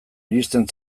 iristen